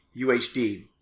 UHD